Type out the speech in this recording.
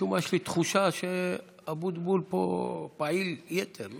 משום מה יש לי תחושה שאבוטבול פה בפעילות יתר,